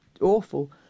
awful